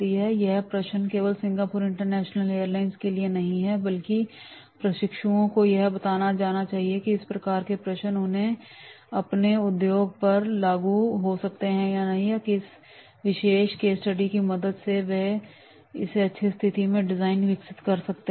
अब यह प्रश्न केवल सिंगापुर इंटरनेशनल एयरलाइंस के लिए नहीं है बल्कि प्रशिक्षुओं को यह बताया जाना चाहिए कि इस प्रकार के प्रश्न उनके अपने उद्योग पर लागू हो सकते हैं और इस विशेष केस स्टडी की मदद से वे भविष्य के लिए सबसे अच्छी स्थिति को डिजाइन और विकसित कर सकते हैं